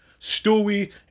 Stewie